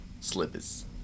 Slippers